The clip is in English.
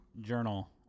Journal